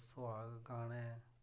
ते सुहाग गाने